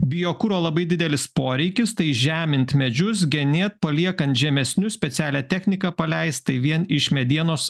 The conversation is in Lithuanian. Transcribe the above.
biokuro labai didelis poreikis tai žeminti medžius genėt paliekant žemesnius specialią techniką paleist tai vien iš medienos